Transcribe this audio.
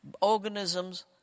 organisms